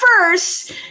first